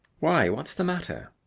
why, what's the matter?